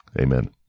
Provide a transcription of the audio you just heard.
Amen